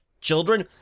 children